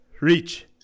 Reach